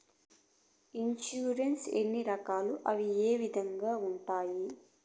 insurance ఎన్ని రకాలు అవి ఏ విధంగా ఉండాయి